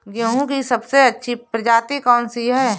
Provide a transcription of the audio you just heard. गेहूँ की सबसे अच्छी प्रजाति कौन सी है?